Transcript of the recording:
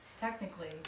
Technically